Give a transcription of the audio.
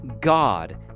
God